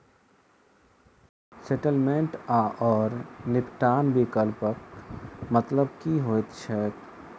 Settlement आओर निपटान विकल्पक मतलब की होइत छैक?